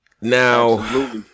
now